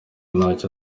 ntacyo